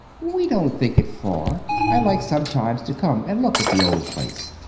we don't think it far. i like sometimes to come and look at the old place.